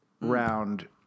round